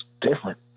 different